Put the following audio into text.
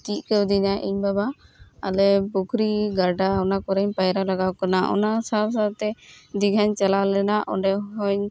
ᱪᱮᱫ ᱠᱟᱣ ᱫᱤ ᱧᱟᱹᱭ ᱤᱧ ᱵᱟᱵᱟ ᱟᱞᱮ ᱯᱩᱠᱠᱷᱨᱤ ᱜᱟᱰᱟ ᱚᱱᱟ ᱠᱚᱨᱮᱧ ᱯᱟᱭᱨᱟ ᱞᱟᱜᱟᱣ ᱠᱟᱱᱟ ᱚᱱᱟ ᱥᱟᱶ ᱥᱟᱶᱛᱮ ᱫᱤᱜᱷᱟᱧ ᱪᱟᱞᱟᱣ ᱞᱮᱱᱟ ᱚᱸᱰᱮ ᱦᱚᱸᱧ